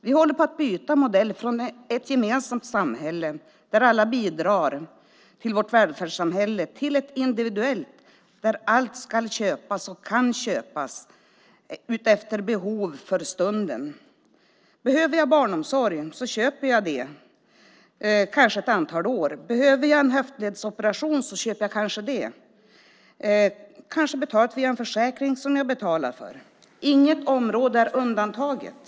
Vi håller på att byta modell från ett gemensamt samhälle där alla bidrar till vår välfärd till ett individuellt, där allt ska köpas och kan köpas efter behov för stunden. Behöver jag barnomsorg köper jag det under kanske ett antal år. Behöver jag en höftledsoperation köper jag kanske det, kanske betalt via en försäkring som jag betalar för. Inget område är undantaget.